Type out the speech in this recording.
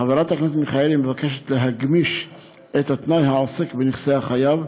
חברת הכנסת מיכאלי מבקשת להגמיש את התנאי העוסק בנכסי החייב,